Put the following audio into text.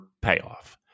payoff